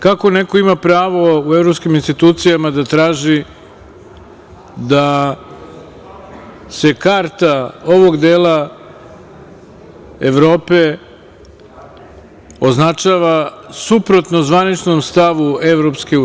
Kako neko ima pravo u evropskim institucijama da traži da se karta ovog dela Evrope označava suprotno zvaničnom stavu EU?